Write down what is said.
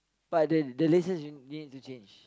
but the the laces you need to change